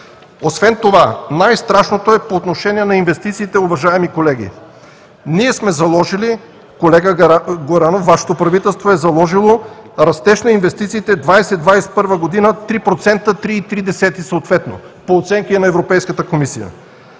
Освен това най-страшното е по отношение на инвестициите, уважаеми колеги. Колега Горанов, Вашето правителство е заложило растеж на инвестициите за 2020 – 2021 г. от 3 – 3,3% съответно по оценки на Европейската комисия.